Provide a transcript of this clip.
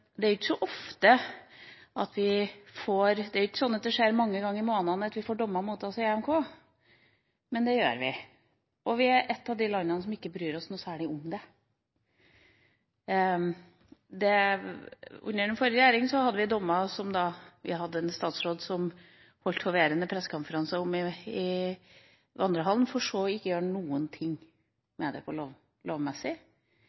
er jo ikke så ofte – det er jo ikke slik at det skjer mange ganger i måneden – at vi får dommer mot oss i EMD, men det gjør vi, og vi er et av de landene som ikke bryr oss noe særlig om det. Under den forrige regjeringa hadde vi en statsråd som – etter dommer i EMD – holdt hoverende pressekonferanser om det i vandrehallen, for så ikke å gjøre noen